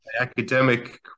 academic